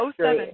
07